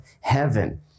heaven